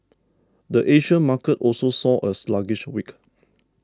the Asia market also saw a sluggish week